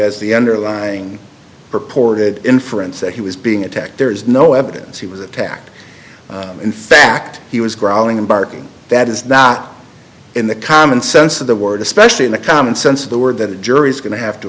as the underlying purported inference that he was being attacked there is no evidence he was attacked in fact he was growling and barking that is not in the common sense of the word especially in the common sense of the word that a jury is going to have to